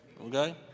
Okay